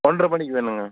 ஒன்ரை மணிக்கு வேணுங்க